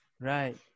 Right